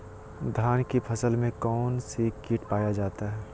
धान की फसल में कौन सी किट पाया जाता है?